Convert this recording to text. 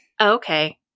Okay